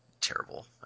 Terrible